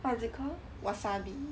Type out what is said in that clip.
what is it called wasabi